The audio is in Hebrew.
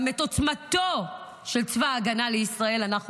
גם את עוצמתו של צבא ההגנה לישראל אנחנו מכירים.